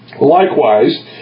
Likewise